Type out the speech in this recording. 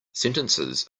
sentences